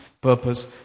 purpose